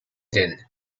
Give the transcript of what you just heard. din